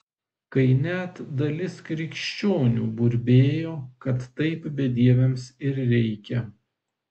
kai net dalis krikščionių burbėjo kad taip bedieviams ir reikia